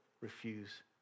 refuse